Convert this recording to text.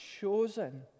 chosen